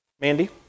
Mandy